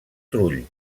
trull